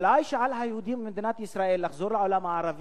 אולי על היהודים במדינת ישראל לחזור לעולם הערבי,